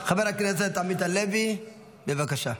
חבר הכנסת עמית הלוי, בבקשה.